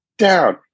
Down